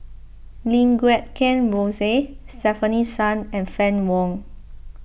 Lim Guat Kheng Rosie Stefanie Sun and Fann Wong